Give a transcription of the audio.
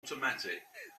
automatic